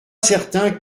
certain